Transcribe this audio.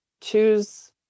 choose